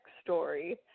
story